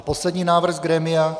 Poslední návrh z grémia.